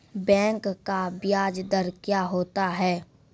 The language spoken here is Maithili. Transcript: बैंक का ब्याज दर क्या होता हैं?